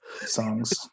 songs